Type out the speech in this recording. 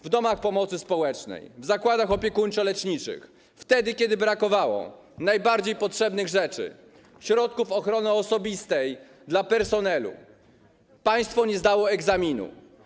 W domach pomocy społecznej, w zakładach opiekuńczo-leczniczych, wtedy kiedy brakowało najbardziej potrzebnych rzeczy, środków ochrony osobistej dla personelu, państwo nie zdało egzaminu.